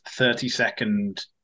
30-second